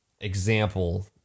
example